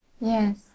Yes